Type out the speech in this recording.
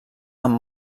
amb